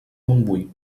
montbui